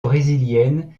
brésilienne